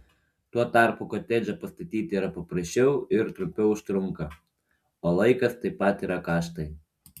tuo tarpu kotedžą pastatyti yra paprasčiau ir trumpiau užtrunka o laikas taip pat yra kaštai